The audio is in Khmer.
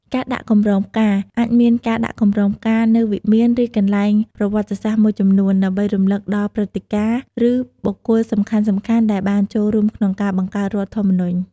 ការដាក់កម្រងផ្កា អាចមានការដាក់កម្រងផ្កានៅវិមាន ឬកន្លែងប្រវត្តិសាស្ត្រមួយចំនួន ដើម្បីរំលឹកដល់ព្រឹត្តិការណ៍ ឬបុគ្គលសំខាន់ៗដែលបានចូលរួមក្នុងការបង្កើតរដ្ឋធម្មនុញ្ញ។